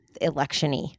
election-y